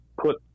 put